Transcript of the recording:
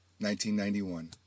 1991